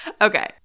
Okay